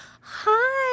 hi